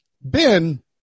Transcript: Ben